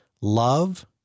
love